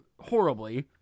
horribly